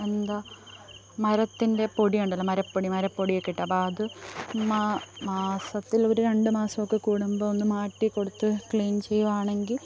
എന്താ മരത്തിൻ്റെ പൊടിയുണ്ടല്ലോ മരപ്പൊടി മരപ്പൊടി ഒക്കെ ഇട്ട് അപ്പം അത് മാസത്തിൽ ഒരു രണ്ടുമാസം ഒക്കെ കൂടുമ്പോൾ ഒന്ന് മാറ്റിക്കൊടുത്ത് ക്ലീൻ ചെയ്യുകയാണെങ്കിൽ